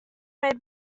made